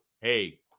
hey